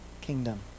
kingdom